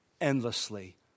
endlessly